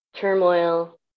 turmoil